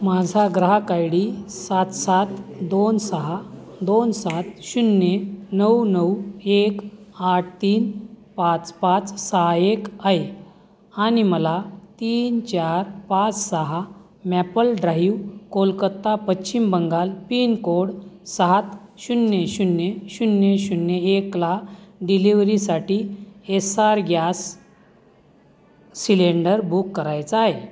माझा ग्राहक I D सात सात दोन सहा दोन सात शून्य नऊ नऊ एक आठ तीन पाच पाच सहा एक आहे आणि मला तीन चार पाच सहा maple drive Kolkata Paschim Bangal pincode सात शून्य शून्य शून्य शून्य एकला डिलिवरीसाठी एसआर गॅस सिलेंडर बुक करायचा आहे